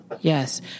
Yes